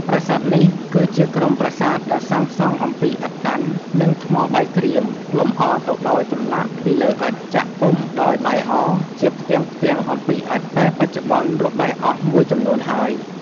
ប្រាសាទនេះ គឺជាក្រុមប្រាសាទដែលសាងសង់អំពីឥដ្ឋតាន់ និង ថ្មបាយក្រៀមលំអរទៅដោយចម្លាក់ពីលើឥដ្ឋ ចាក់ពុម្ភដោយបាយអ ជាផ្ទាំងៗអំពីឥដ្ឋ តែបច្ចុប្បន្នរបេះអស់មួយចំនួនហើយ។